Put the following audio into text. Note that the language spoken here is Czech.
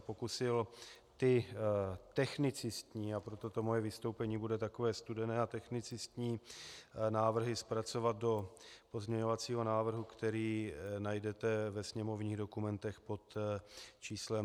Pokusil jsem ty technicistní, a proto to moje vystoupení bude takové studené a technicistní, návrhy zpracovat do pozměňovacího návrhu, který najdete ve sněmovních dokumentech pod číslem 5548.